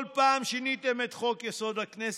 כל פעם שיניתם את חוק-יסוד: הכנסת,